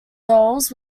dolls